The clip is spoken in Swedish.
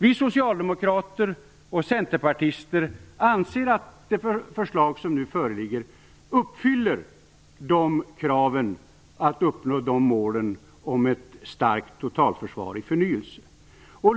Vi socialdemokrater och centerpartisterna anser att det förslag som nu föreligger uppfyller de krav som ställts för att vi skall kunna uppnå målet om ett starkt totalförsvar i förnyelse.